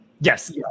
Yes